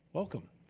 welcome,